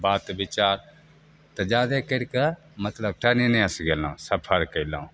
बात विचार तऽ जादे करिके मतलब ट्रेनेसे गेलहुँ सफर कएलहुँ